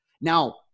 Now